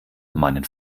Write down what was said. meinen